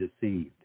deceived